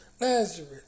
Lazarus